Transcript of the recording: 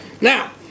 Now